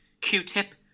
Q-tip